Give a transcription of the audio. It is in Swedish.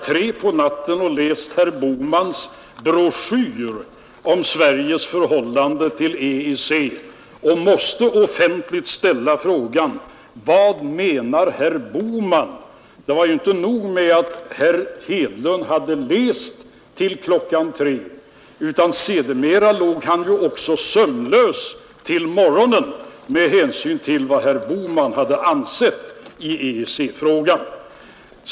3 på natten hade legat och läst herr Bohmans broschyr om Sveriges förhållande till EEC, och nu måste jag, sade han, offentligt ställa frågan: Vad menar herr Bohman? Det var alltså inte nog med att herr Hedlund hade legat och läst till kl. 3, utan sedan låg han också sömnlös till morgonen på grund av det som herr Bohman hade ansett i EEC-frågan.